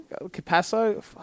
Capasso